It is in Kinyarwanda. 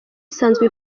isanzwe